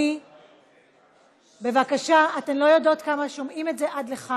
במה בעצם הן משקיעות?